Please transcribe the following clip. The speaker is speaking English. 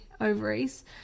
ovaries